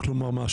כלומר מה?